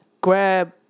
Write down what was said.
Grab